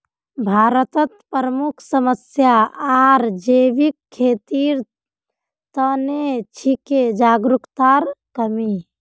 भारतत प्रमुख समस्या आर जैविक खेतीर त न छिके जागरूकतार कमी